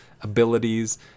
abilities